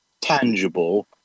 tangible